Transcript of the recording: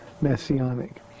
messianic